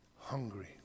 hungry